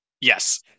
yes